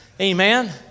Amen